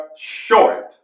short